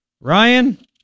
Ryan